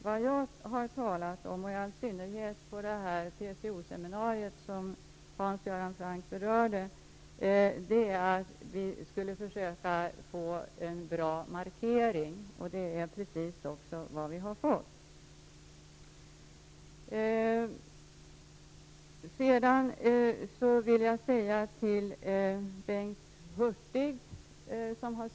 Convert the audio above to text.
Vad jag har talat om -- det gäller i synnerhet det TCO-seminarium som Hans Göran Franck berörde -- är att vi skulle försöka få en bra markering, och det är just vad vi har fått. Bengt Hurtig ställde två frågor.